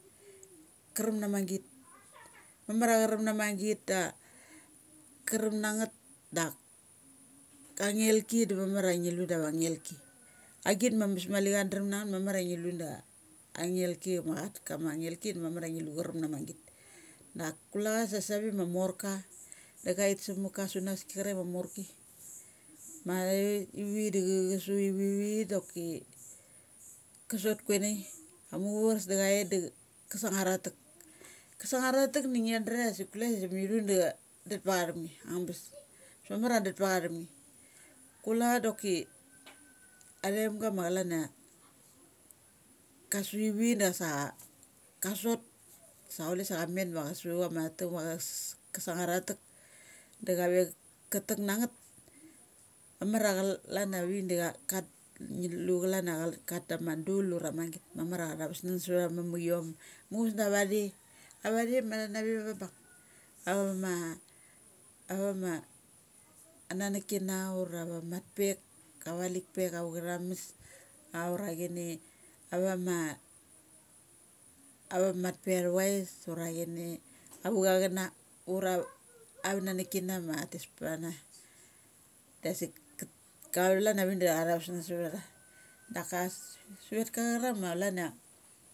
Karam nama git mamar a cha ram na ma git a karam na ngeth da kangelki da mamar a ngi lu da va ngelki. Agit ma mali ambes kandram na ngeth mamar a ngi lu da angngel ki ma chatat kama ngei ki da mamar a ngi lu charam na ma git. Dak kule cha sa sa ve ma morka da chait samaka sunaski ma morki ma thait ivi da cha su ivi ivi doki ka sot kuenai muchus da chait da cha sangar atha tek. Ka sang aratha tek da ngia dra asik mithu da dat ptha cha thim nge, angabes. Am bes mamar a dat ptha cha thim nge. Kule cha doki athaim ga ma chalan ia ka su ivi dasa ka sot sa chule sa cha met ma cha su chama tek ma cha ka sangar atha tek, da chave cha tek na ngeth, mamar a chalan avik da ka ngilu chalan a chata ma dul ura amagit, mamar a cha tha vusnung sa vath ava mamukiom, muchus da avathere. Ava thae ma tha nave va avabung. Ava ma, ava ma nanukina ura va mat pek, avalik pek, ava chalames aura chini avamat pek athavis, ura chini ava cha chana ura avana nuk ki na matha tes ptha na. Dasik kat ka chalan avik da cha tha vus nung sa vtha tha. Daka suve, suvetka charak ma chalan a.